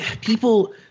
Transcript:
people –